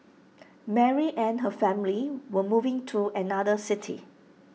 Mary and her family were moving to another city